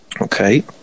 Okay